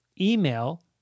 email